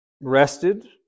rested